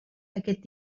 aquest